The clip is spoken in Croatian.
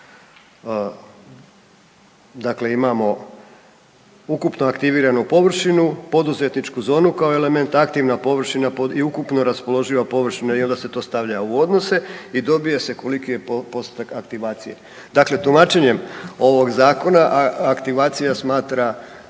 dakle imamo ukupno aktiviranu površinu, poduzetničku zonu kao element aktivna površina i ukupno raspoloživa površina i onda se to stavlja u odnose i dobije se koliki je postotak aktivacije. Dakle tumačenjem ovog Zakona, aktivacija smatra